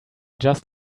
just